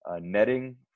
netting